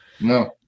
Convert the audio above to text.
No